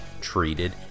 treated